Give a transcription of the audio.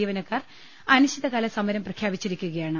ജീവനക്കാർ അനിശ്ചിതകാല സമരം പ്രഖ്യാപിച്ചിരിക്കുകയാണ്